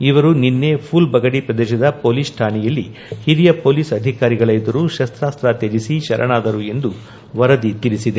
ಇವರು ನಿನ್ನೆ ಫೊಲ್ಬಗಡಿ ಪ್ರದೇಶದ ಪೊಲೀಸ್ ಠಾಣೆಯಲ್ಲಿ ಹಿರಿಯ ಪೊಲೀಸ್ ಅಧಿಕಾರಿಗಳ ಎದುರು ಶಸ್ತ್ರಾಸ್ತ್ರ ತ್ಯಜಿಸಿ ಶರಣಾದರು ಎಂದು ವರದಿ ತಿಳಿಸಿದೆ